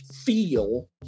feel